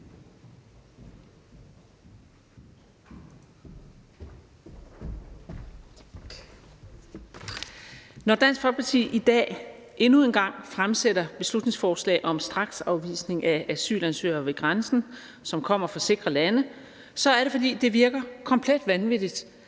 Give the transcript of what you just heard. Når Dansk Folkeparti i dag endnu en gang fremsætter et beslutningsforslag om straksafvisning ved grænsen af asylansøgere, som kommer fra sikre lande, er det, fordi det virker komplet vanvittigt